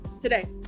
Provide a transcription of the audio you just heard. today